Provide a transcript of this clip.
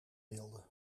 wilde